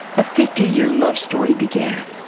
a fifty year love story began.